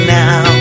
now